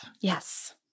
Yes